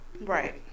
Right